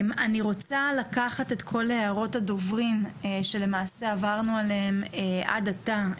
אני רוצה לקחת את כל הערות הדוברים שלמעשה עברנו עליהם עד עתה,